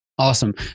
Awesome